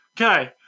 Okay